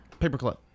Paperclip